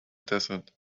desert